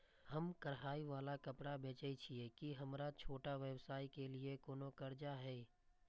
हम कढ़ाई वाला कपड़ा बेचय छिये, की हमर छोटा व्यवसाय के लिये कोनो कर्जा है?